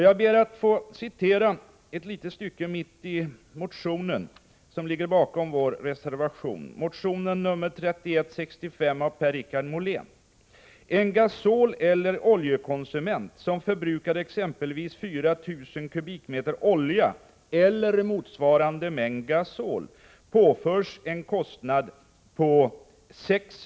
Jag ber att få citera ett litet stycke i motionen som ligger bakom vår reservation, alltså motion 3165 av Per-Richard Molén: ”En gasoleller oljekonsument som förbrukar exempelvis 4 000 m? olja eller motsvarande mängd gasol påförs en kostnad på 600 000 kr.